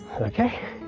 Okay